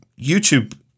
YouTube